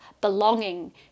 belonging